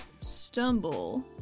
stumble